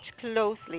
closely